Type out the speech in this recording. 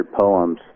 poems